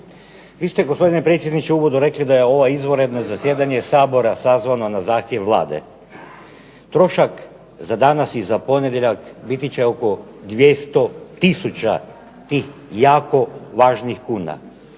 Vi ste, gospodine predsjedniče, u uvodu rekli da je ovo izvanredno zasjedanje Sabora sazvano na zahtjev Vlade. Trošak za danas i za ponedjeljak biti će oko 200 tisuća tih jako važnih kuna.